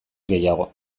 gehiago